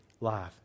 life